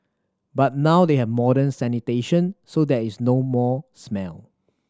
but now they have modern sanitation so there is no more smell